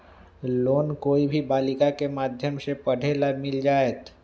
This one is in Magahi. लोन कोई भी बालिका के माध्यम से पढे ला मिल जायत?